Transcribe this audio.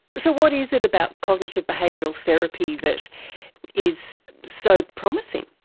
so what is it about cognitive behavioural therapy that is so promising?